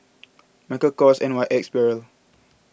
Michael Kors N Y X Barrel